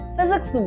Physics